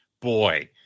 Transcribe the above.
boy